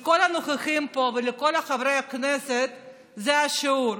לכל הנוכחים פה ולכל חברי הכנסת זה היה שיעור: